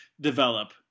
develop